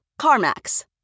CarMax